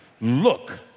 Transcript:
Look